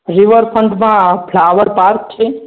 રીવરફ્રન્ટમાં flower park છે